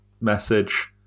message